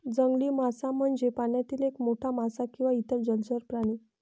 जंगली मासा म्हणजे पाण्यातील एक मोठा मासा किंवा इतर जलचर प्राणी